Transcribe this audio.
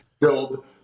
build